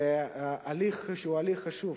בהליך שהוא הליך חשוב,